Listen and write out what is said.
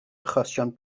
achosion